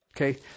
Okay